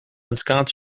ensconce